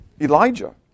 Elijah